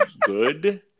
good